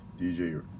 DJ